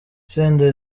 senderi